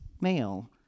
male